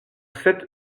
sept